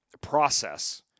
process